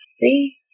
See